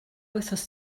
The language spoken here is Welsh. wythnos